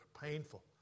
painful